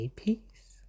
peace